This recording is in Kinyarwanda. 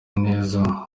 neza